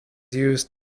used